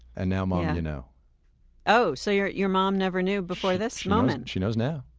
and now mom, you know oh, so your your mom never knew before this moment? she knows now.